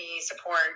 support